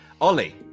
Ollie